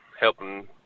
helping